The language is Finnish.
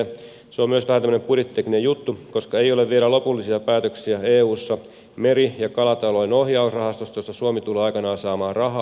se on myös vähän tämmöinen budjettitekninen juttu koska ei ole vielä lopullisia päätöksiä eussa meri ja kalatalouden ohjausrahastosta josta suomi tulee aikanaan saamaan rahaa